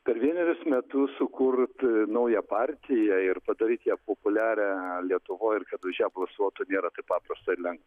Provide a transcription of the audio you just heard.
per vienerius metus sukurt naują partiją ir padaryt ją populiarią lietuvoj ir kad už ją balsuotų nėra taip paprasta ir lengva